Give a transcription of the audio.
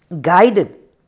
guided